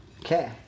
Okay